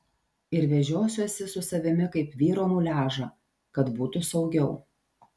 ir vežiosiuosi su savimi kaip vyro muliažą kad būtų saugiau